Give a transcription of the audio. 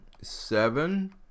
seven